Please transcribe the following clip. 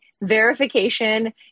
verification